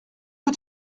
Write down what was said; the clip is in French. que